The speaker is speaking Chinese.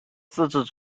自治